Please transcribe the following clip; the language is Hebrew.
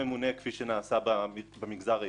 כפי שנעשה במגזר העירוני,